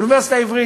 האוניברסיטה העברית,